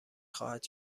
خواهد